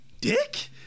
dick